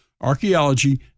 Archaeology